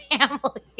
family